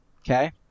Okay